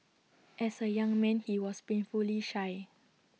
as A young man he was painfully shy